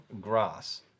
grass